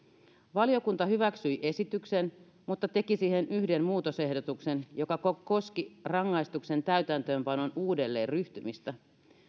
valiokunta hyväksyi esityksen mutta teki siihen yhden muutosehdotuksen joka koski rangaistuksen täytäntöönpanoon uudelleenryhtymistä